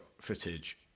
footage